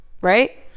right